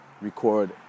record